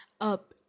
up